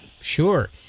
sure